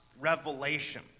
revelation